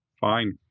fine